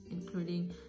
including